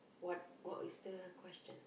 what what is question